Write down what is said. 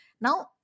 now